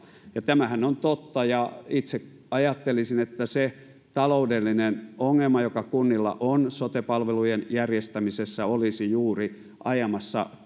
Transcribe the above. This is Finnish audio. tämähän on totta ja itse ajattelisin että se taloudellinen ongelma joka kunnilla on sote palvelujen järjestämisessä olisi juuri ajamassa